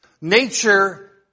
Nature